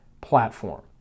platform